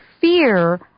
fear